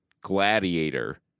Gladiator